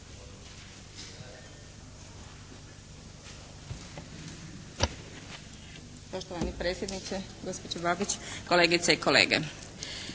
Poštovani predsjedniče, gospođo Babić, kolegice i kolege!